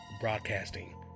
Broadcasting